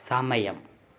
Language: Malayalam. സമയം